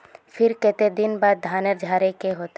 फिर केते दिन बाद धानेर झाड़े के होते?